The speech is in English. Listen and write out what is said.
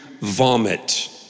vomit